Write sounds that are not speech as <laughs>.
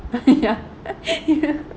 <laughs> ya <laughs>